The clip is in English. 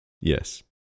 Yes